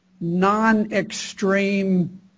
non-extreme